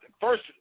First